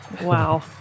Wow